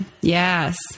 Yes